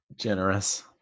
generous